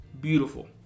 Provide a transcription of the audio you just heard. Beautiful